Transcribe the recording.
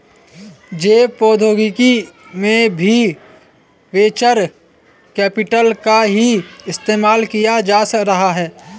जैव प्रौद्योगिकी में भी वेंचर कैपिटल का ही इस्तेमाल किया जा रहा है